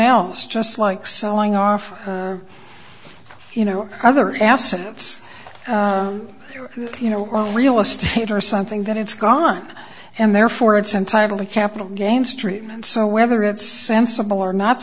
else just like selling off you know other assets you know real estate or something that it's gone and therefore it's entitled to capital gains treatment so whether it's sensible or not